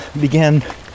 began